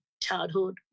childhood